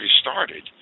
started